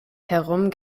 herum